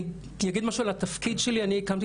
אני אגיד משהו על התפקיד שלי: אני הקמתי